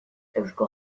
eusko